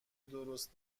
درست